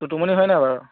টুটুমণি হয় নাই বাৰু